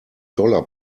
dollar